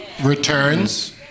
Returns